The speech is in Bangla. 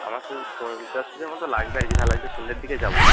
আমার সে পঞ্চাশ পিসের মতো লাগবে আর কি তাহলে আজকে সন্ধ্যের দিকে যাব